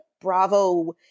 Bravo